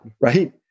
right